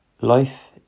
life